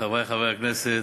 חברי חברי הכנסת,